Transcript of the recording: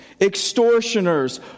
extortioners